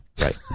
Right